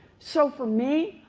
so for me,